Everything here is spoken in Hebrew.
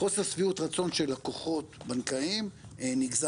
חוסר שביעות רצון של לקוחות בנקאיים נגזרת